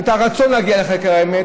את הרצון להגיע לחקר האמת,